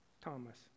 Thomas